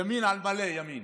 ימין על מלא, ימין.